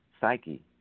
psyche